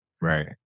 Right